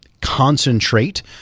concentrate